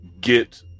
get